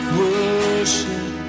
worship